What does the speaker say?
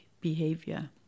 behavior